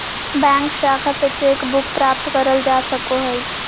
bank शाखा से cheque book प्राप्त करल जा सको हय